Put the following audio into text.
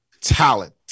talent